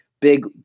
big